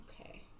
Okay